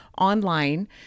online